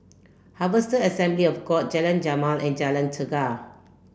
Harvester Assembly of God Jalan Jamal and Jalan Chegar